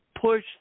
push